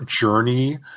journey